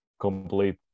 complete